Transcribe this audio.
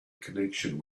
connection